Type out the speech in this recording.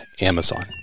Amazon